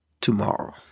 tomorrow